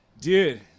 Dude